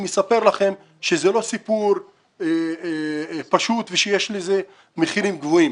יספר לכם שזה לא סיפור פשוט ושיש לזה מחירים גבוהים.